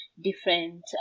different